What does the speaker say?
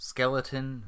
Skeleton